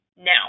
Now